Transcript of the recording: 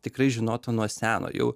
tikrai žinota nuo seno jau